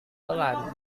pelan